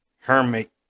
Hermit